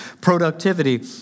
productivity